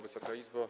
Wysoka Izbo!